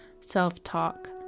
self-talk